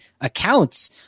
accounts